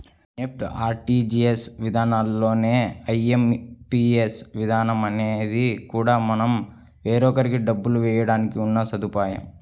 NEFT, RTGS విధానాల్లానే IMPS విధానం అనేది కూడా మనం వేరొకరికి డబ్బులు వేయడానికి ఉన్న సదుపాయం